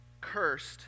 cursed